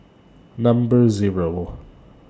Number Zero